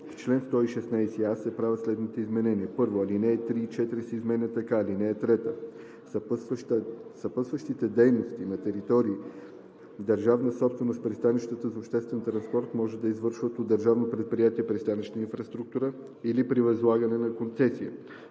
чл. 116а се правят следните изменения: 1. Алинеи 3 и 4 се изменят така: „(3) Съпътстващите дейности на територии – държавна собственост в пристанищата за обществен транспорт може да се извършват от Държавно предприятие „Пристанищна инфраструктура“ или при възлагане на концесия.